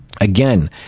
again